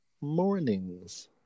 Mornings